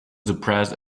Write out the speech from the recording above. depressed